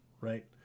right